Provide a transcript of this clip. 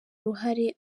uruhare